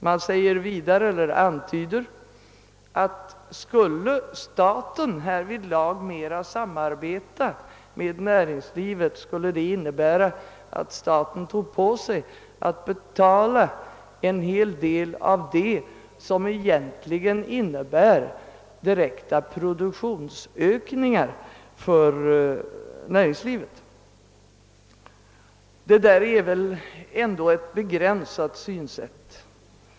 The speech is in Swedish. Man antyder vidare att skulle staten härvidlag mera samarbeta med näringslivet, skulle detta innebära att staten betalade en hel del av det som egentligen innebär direkta produktionsökningar för näringslivet. Detta är ett begränsat synsätt.